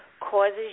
causes